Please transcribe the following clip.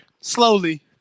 Slowly